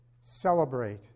celebrate